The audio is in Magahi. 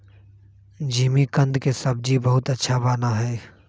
जिमीकंद के सब्जी बहुत अच्छा बना हई